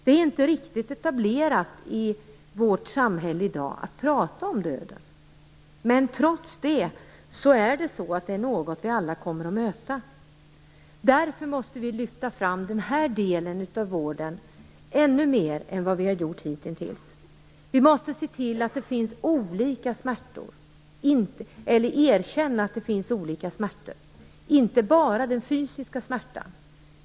Det är inte riktigt etablerat i vårt samhälle i dag att prata om döden. Trots det är döden något som vi alla kommer att möta. Därför måste vi lyfta fram den här delen av vården ännu mer än vad vi hitintills har gjort. Vi måste erkänna att det finns olika smärtor, inte bara den fysiska smärtan.